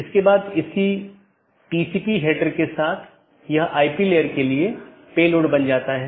यदि इस संबंध को बनाने के दौरान AS में बड़ी संख्या में स्पीकर हैं और यदि यह गतिशील है तो इन कनेक्शनों को बनाना और तोड़ना एक बड़ी चुनौती है